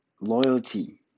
Loyalty